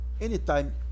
Anytime